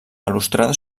balustrada